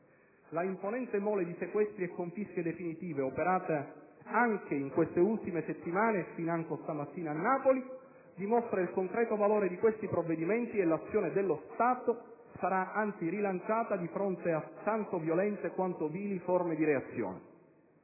La imponente mole di sequestri e confische definitive operata anche in queste ultime settimane (e financo stamattina a Napoli) dimostra il concreto valore di questi provvedimenti e l'azione dello Stato sarà anzi rilanciata di fronte a tanto violente quanto vili forme di reazione.